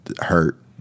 Hurt